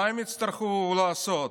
מה הם יצטרכו לעשות?